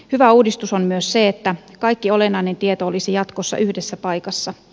hyvä uudistus on myös se että kaikki olennainen tieto olisi jatkossa yhdessä paikassa